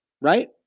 right